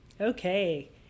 Okay